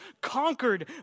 conquered